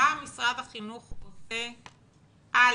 משרד החינוך עושה א.